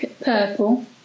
purple